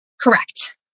Correct